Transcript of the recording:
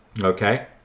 Okay